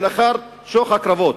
שלאחר שוך הקרבות.